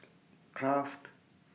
Kraft